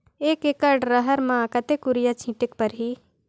एक एकड रहर म कतेक युरिया छीटेक परही?